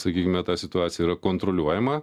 sakykime ta situacija yra kontroliuojama